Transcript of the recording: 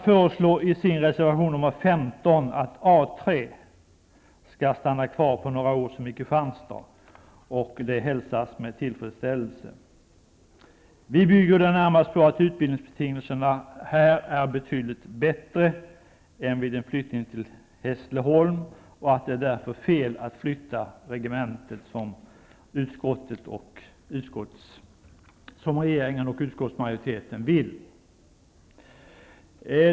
Kristianstad. Det hälsas med tillfredsställelse. Vi grundar vårt förslag närmast på att utbildningsbetingelserna där är betydligt bättre än i Hässleholm och att det därför vore fel att flytta regementet som regeringen och utskottsmajoriteten vill.